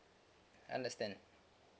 understand